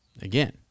again